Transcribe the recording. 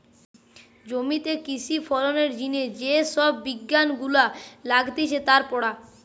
জমিতে কৃষি ফলনের জিনে যে সব বিজ্ঞান গুলা লাগতিছে তার পড়া